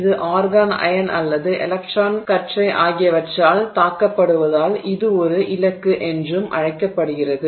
இது argon ion அல்லது electron கற்றை ஆகியவற்றால் தாக்கப்படுவதால் இது ஒரு இலக்கு என்றும் அழைக்கப்படுகிறது